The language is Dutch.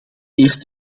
eerste